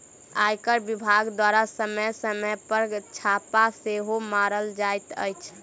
आयकर विभाग द्वारा समय समय पर छापा सेहो मारल जाइत अछि